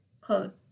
quote